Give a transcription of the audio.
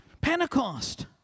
Pentecost